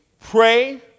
pray